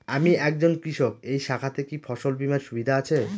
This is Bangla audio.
আমি একজন কৃষক এই শাখাতে কি ফসল বীমার সুবিধা আছে?